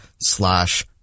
slash